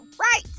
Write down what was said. right